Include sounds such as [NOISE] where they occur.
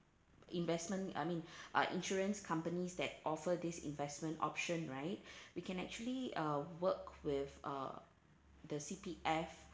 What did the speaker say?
investment I mean [BREATH] uh insurance companies that offer this investment option right [BREATH] we can actually uh work with uh the C_P_F